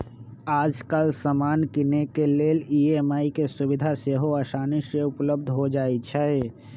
याजकाल समान किनेके लेल ई.एम.आई के सुभिधा सेहो असानी से उपलब्ध हो जाइ छइ